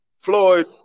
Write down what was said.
Floyd